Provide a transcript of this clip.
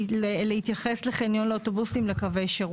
להתייחס לחניון לאוטובוסים לקווי שירות.